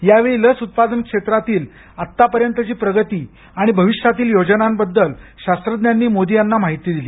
यावेळी लस उत्पादन क्षेत्रातील आतापर्यंतची प्रगती आणि भविष्यातील योजनांबद्दल शाखज्ञांनी मोदी याना माहिती दिली